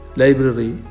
library